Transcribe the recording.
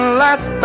last